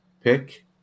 pick